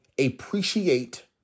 Appreciate